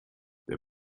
der